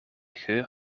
geur